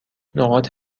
نقاط